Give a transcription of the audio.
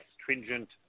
stringent